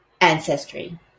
ancestry